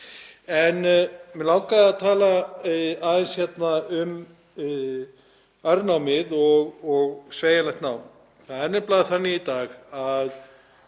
Mig langaði að tala aðeins um örnámið og sveigjanlegt nám. Það er nefnilega þannig í dag að